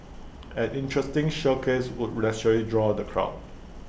an interesting showcase would naturally draw the crowd